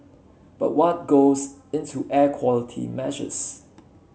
but what goes into air quality measures